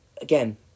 Again